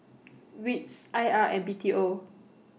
WITS I R and B T O